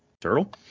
turtle